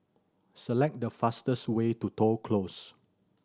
select the fastest way to Toh Close